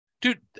Dude